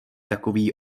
takový